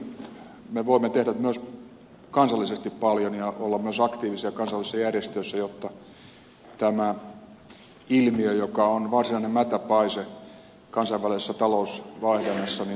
todellakin me voimme tehdä myös kansallisesti paljon ja olla myös aktiivisia kansallisissa järjestöissä jotta tämä ilmiö joka on varsinainen mätäpaise kansainvälisessä talousvaihdannassa saadaan pois